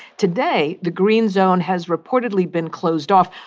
today, the green zone has reportedly been closed off.